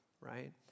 right